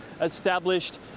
established